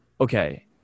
okay